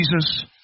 Jesus